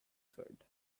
food